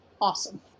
awesome